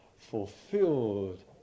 fulfilled